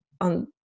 on